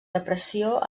depressió